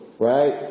Right